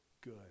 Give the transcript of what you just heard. good